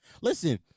Listen